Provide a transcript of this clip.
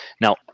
now